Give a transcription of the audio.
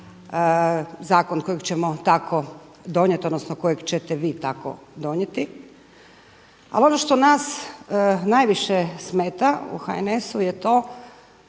zakon kojeg ćemo tako donijet, odnosno kojeg ćete vi tako donijeti. Ali ono što nas najviše smeta u HNS-u je to